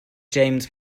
james